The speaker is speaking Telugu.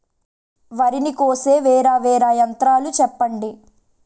వరి ని కోసే వేరా వేరా యంత్రాలు చెప్పండి?